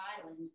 island